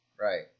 Right